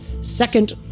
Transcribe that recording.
second